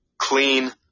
Clean